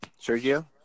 Sergio